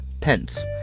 Pence